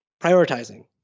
prioritizing